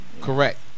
Correct